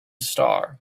star